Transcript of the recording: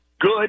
Good